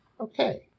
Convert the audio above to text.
Okay